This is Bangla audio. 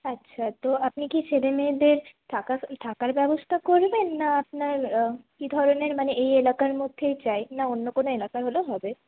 আচ্ছা তো আপনি কি ছেলেমেয়েদের থাকা থাকার ব্যবস্থা করবেন না আপনার কি ধরনের মানে এই এলাকার মধ্যেই চাই না অন্য কোনও এলাকার হলেও হবে